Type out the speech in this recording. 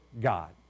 God